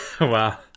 Wow